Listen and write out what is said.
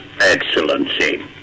Excellency